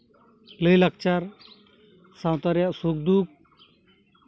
ᱞᱟᱹᱭᱼᱞᱟᱠᱪᱟᱨ ᱥᱟᱶᱛᱟ ᱨᱮᱭᱟᱜ ᱥᱩᱠᱼᱫᱩᱠ